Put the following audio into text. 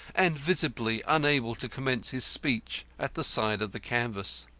and visibly unable to commence his speech, at the side of the canvas.